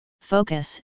focus